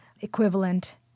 equivalent